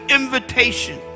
invitation